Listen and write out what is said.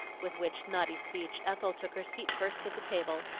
with which naughty speech ethel took her seat first at the table,